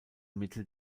mittel